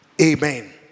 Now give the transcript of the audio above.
Amen